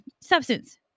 substance